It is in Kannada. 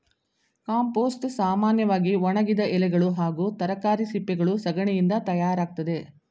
ಕಾಂಪೋಸ್ಟ್ ಸಾಮನ್ಯವಾಗಿ ಒಣಗಿದ ಎಲೆಗಳು ಹಾಗೂ ತರಕಾರಿ ಸಿಪ್ಪೆಗಳು ಸಗಣಿಯಿಂದ ತಯಾರಾಗ್ತದೆ